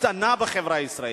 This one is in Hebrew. קטנה בחברה הישראלית.